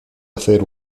hacer